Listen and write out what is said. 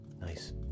Nice